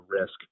risk